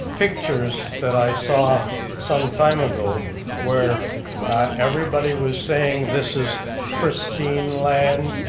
pictures that i saw some time ago where everybody was saying this is pristine land,